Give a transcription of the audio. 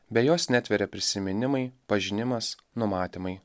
be jos netveria prisiminimai pažinimas numatymai